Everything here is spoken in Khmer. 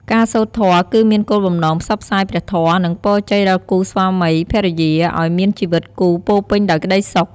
ការសូត្រធម៌គឺមានគោលបំណងផ្សព្វផ្សាយព្រះធម៌ និងពរជ័យដល់គូស្វាមីភរិយាឲ្យមានជីវិតគូពោរពេញដោយក្ដីសុខ។